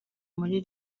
muri